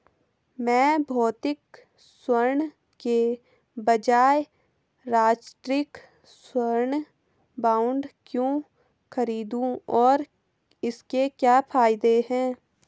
मैं भौतिक स्वर्ण के बजाय राष्ट्रिक स्वर्ण बॉन्ड क्यों खरीदूं और इसके क्या फायदे हैं?